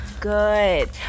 good